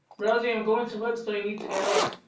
rosie i'm going to work so you need to get up.